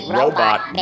robot